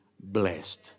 blessed